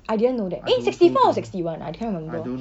I didn't know that eh sixty four or sixty one I can't remember